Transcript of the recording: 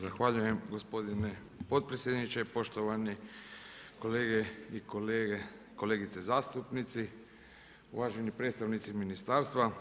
Zahvaljujem gospodine potpredsjedniče, poštovani kolege i kolegice zastupnici, uvaženi predstavnici ministarstva.